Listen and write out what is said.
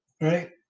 Right